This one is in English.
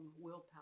willpower